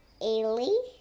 Ailey